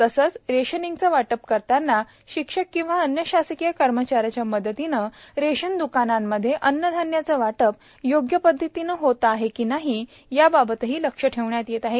तसेच रेशनिंगचे वाटप करतांना शिक्षक किंवा अन्य शासकीय कर्मचाऱ्याच्या मदतीने रेशन द्कानांमध्ये अन्नधान्याचे वाटप योग्य पद्धतीने होते आहे की नाही याबाबतही लक्ष ठेवण्यात येत आहे